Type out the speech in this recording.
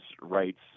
rights